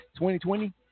2020